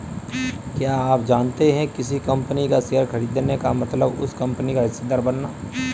क्या आप जानते है किसी कंपनी का शेयर खरीदने का मतलब उस कंपनी का हिस्सेदार बनना?